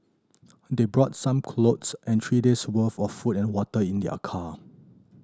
they brought some clothes and three days' worth of food and water in their car